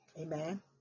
Amen